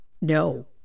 no